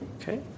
okay